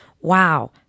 wow